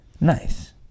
nice